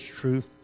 truth